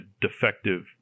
defective